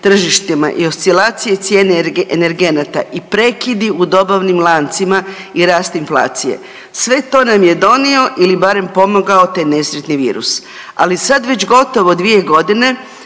tržištima i oscilacije cijene energenata i prekidi u dobavnim lancima i rast inflacije. Sve to nam je donio ili barem pomogao taj nesretni virus. Ali sad već gotovo 2.g. živimo